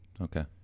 okay